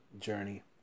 journey